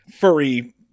furry